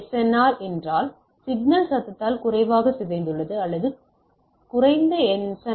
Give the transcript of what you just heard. R என்றால் signal சத்தத்தால் குறைவாக சிதைந்துள்ளது அல்லது குறைந்த எஸ்